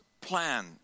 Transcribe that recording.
plan